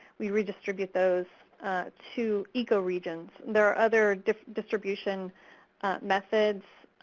we redistribute those to ecoregions. there are other different distribution methods,